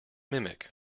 mimic